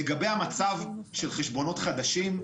לגבי חשבונות חדשים,